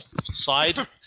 side